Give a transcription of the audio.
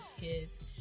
kids